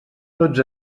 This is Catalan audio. tots